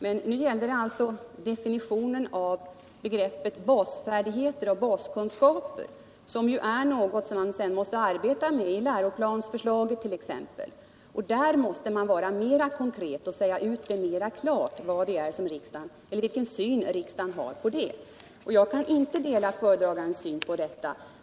Men nu gäller det alltså definitionen av begreppen basfärdigheter och baskunskaper, som man sedan mäste arbeta vidare med it.ex. läroplansförslagen. Jag kan inte dela föredragandens syn.